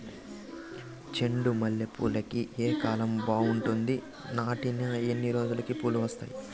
చెండు మల్లె పూలుకి ఏ కాలం బావుంటుంది? నాటిన ఎన్ని రోజులకు పూలు వస్తాయి?